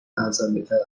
ارزندهتر